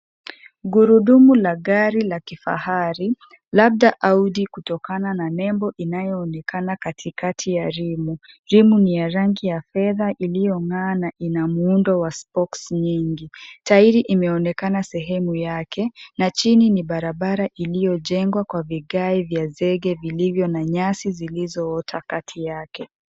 Gurudumu la gari la kifahari labda Audi kutokana na nembo inayoonekana katikati ya rimu. Rimu ni ya rangi ya fedha iliyong'aa na ina muundo wa spokes nyingi tairi imeonekana sehemu yake na chini ni barabara iliyojengwa kwa vigae vya zege vilivyo na nyasi zilizoota kati yake.